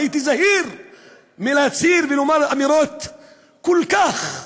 הייתי זהיר מלהצהיר ולומר אמירות כל כך חמורות.